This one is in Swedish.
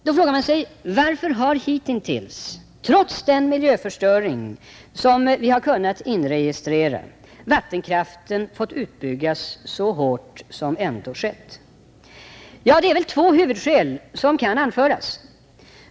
Då frågar man sig: Varför har hitintills, trots den miljöförstöring som vi har inregistrerat, vattenkraften fått utbyggas så hårt som ändå skett? Det är väl två huvudskäl som kan anföras.